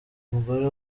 mugore